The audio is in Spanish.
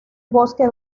bosque